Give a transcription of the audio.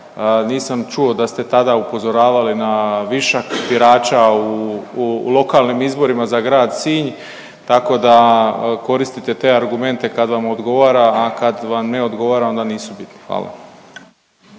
Nisam čuo da ste tada upozoravali na višak birača u lokalnim izborima za grad Sinj tako da koristite te argumente kad vam odgovara, a kad vam ne odgovara onda nisu bitni. Hvala.